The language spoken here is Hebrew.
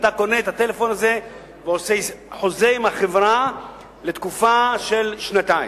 אתה קונה את הטלפון הזה ועושה חוזה עם החברה לתקופה של שנתיים,